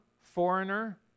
foreigner